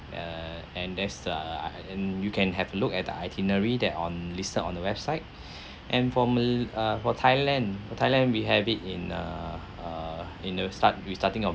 err and there's err and you can have a look at the itinerary that on listed on the website and for mala~ uh for thailand for thailand we have it in uh uh in the start we starting of